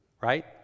right